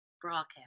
broadcast